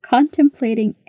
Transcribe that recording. Contemplating